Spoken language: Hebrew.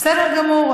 בסדר גמור.